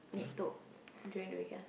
meet tok during the weekend